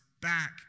back